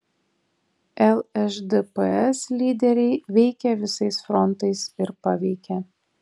lšdps lyderiai veikė visais frontais ir paveikė